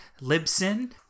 Libsyn